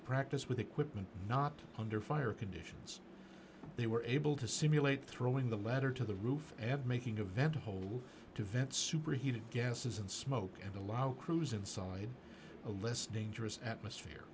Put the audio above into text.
practice with equipment not under fire conditions they were able to simulate throwing the letter to the roof add making a vent hole to vent super heated gases and smoke and allow crews inside a list dangerous atmosphere